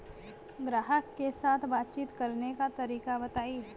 ग्राहक के साथ बातचीत करने का तरीका बताई?